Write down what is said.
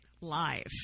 live